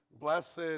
Blessed